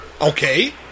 Okay